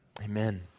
Amen